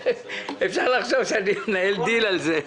--- אפשר לחשוב שאני מנהל דיל על זה.